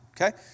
Okay